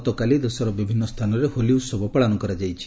ଗତକାଲି ଦେଶର ବିଭିନ୍ ସ୍ରାନରେ ହୋଲି ଉହବ ପାଳନ କରାଯାଇଛି